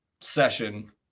session